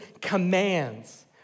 commands